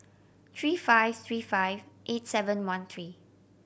three five three five eight seven one three